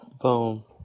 Boom